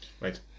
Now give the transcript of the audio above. right